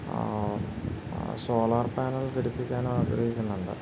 solar panel ഘടിപ്പിക്കാൻ ആഗ്രഹിക്കുന്നുണ്ട്